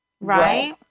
right